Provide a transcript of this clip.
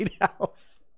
House